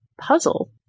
puzzle